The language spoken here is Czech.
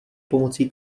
pomocí